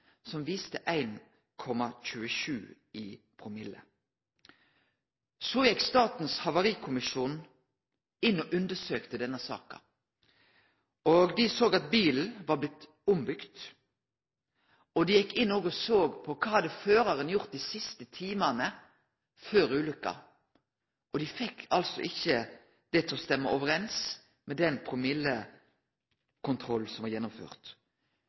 som viste 1,27 i promille. Så gjekk Statens havarikommisjon inn og undersøkte denne saka. Dei såg at bilen var blitt ombygd, og dei gjekk òg inn og såg på kva føraren hadde gjort dei siste timane før ulykka. Dei fekk ikkje det til å stemme overeins med den promillekontrollen som var gjennomført.